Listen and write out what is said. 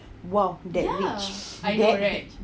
!wah! dead rich dead rich